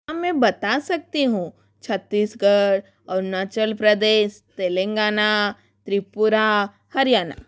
हाँ मैं बता सकती हूँ छत्तीसगढ़ अरुणाचल प्रदेश तेलांगाना त्रिपुरा हरियाणा